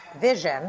vision